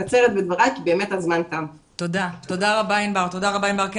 תודה רבה, חגית.